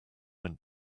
went